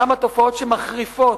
כמה תופעות שמחריפות,